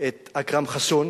את אכרם חסון,